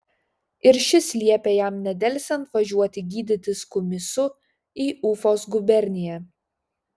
ir šis liepė jam nedelsiant važiuoti gydytis kumysu į ufos guberniją